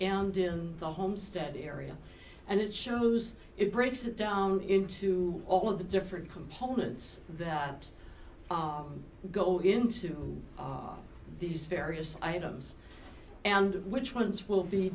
and in the homestead area and it shows it breaks it down into all of the different components that go into these various items and which ones will be